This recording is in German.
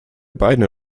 beine